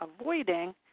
avoiding